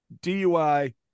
DUI